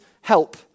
help